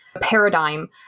paradigm